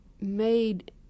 made